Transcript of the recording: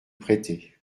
prêtez